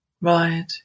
right